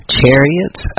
chariots